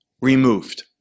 removed